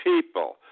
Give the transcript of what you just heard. people